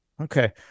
okay